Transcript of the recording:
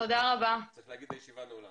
אנחנו חייבים גם לשפר.